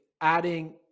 adding